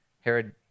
Herod